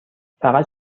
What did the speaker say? فقط